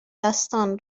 دستان